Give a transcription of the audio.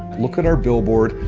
look at our billboard,